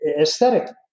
aesthetic